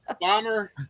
bomber